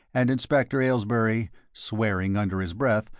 and inspector aylesbury, swearing under his breath,